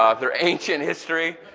ah they're ancient history,